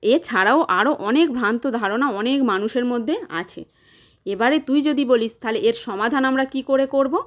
এছাড়াও আরো অনেক ভ্রান্ত ধারণা অনেক মানুষের মধ্যে আছে এবারে তুই যদি বলিস তাহলে এর সমাধান আমরা কী করে করবো